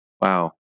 Wow